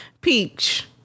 Peach